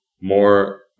more